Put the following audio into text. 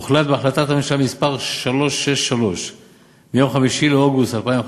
הוחלט בהחלטת הממשלה מס' 363 מיום 5 באוגוסט 2015